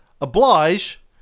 oblige